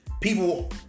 People